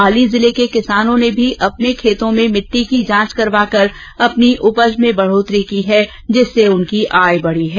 पाली जिले के किसानों ने भी अपने खेत की मिट्टी की जांच करवाकर अपनी उपज में बढोतरी की है जिससे उनकी आय बढ़ी है